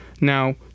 Now